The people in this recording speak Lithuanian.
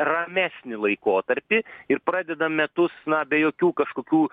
ramesnį laikotarpį ir pradedam metus na be jokių kažkokių